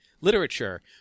literature